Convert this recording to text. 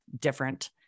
different